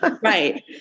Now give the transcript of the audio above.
Right